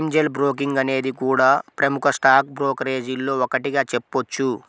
Angel Broking అనేది కూడా ప్రముఖ స్టాక్ బ్రోకరేజీల్లో ఒకటిగా చెప్పొచ్చు